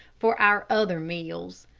for our other meals.